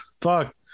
fuck